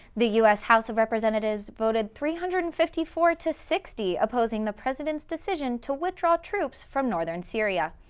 the u s. house of representatives voted three hundred and fifty four to sixty opposing the president's decision to withdraw troops from northern syria.